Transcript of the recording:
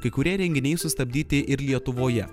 kai kurie renginiai sustabdyti ir lietuvoje